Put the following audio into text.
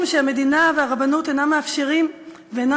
משום שהמדינה והרבנות אינן מאפשרות ואינן